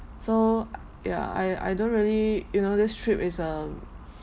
so yeah I I don't really you know this trip is a